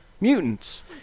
mutants